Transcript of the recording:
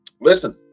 listen